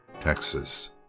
Texas